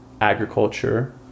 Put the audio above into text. agriculture